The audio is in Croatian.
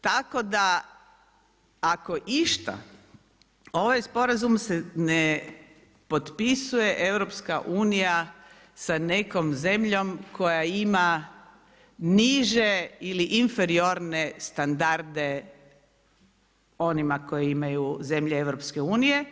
Tako da ako išta ovaj sporazum se ne potpisuje EU sa nekom zemljom koja ima niže ili inferiorne standarde onima koje imaju zemlje EU.